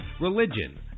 religion